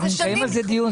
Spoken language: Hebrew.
אנחנו נקיים על זה דיון.